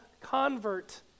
convert